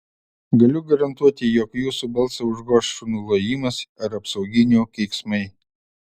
galiu garantuoti jog jūsų balsą užgoš šunų lojimas ar apsauginių keiksmai